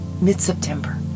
mid-September